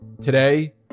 Today